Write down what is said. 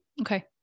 Okay